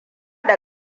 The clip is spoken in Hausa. da